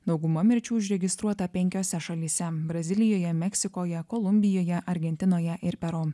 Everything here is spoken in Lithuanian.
dauguma mirčių užregistruota penkiose šalyse brazilijoje meksikoje kolumbijoje argentinoje ir peru